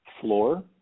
floor